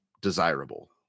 desirable